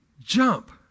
Jump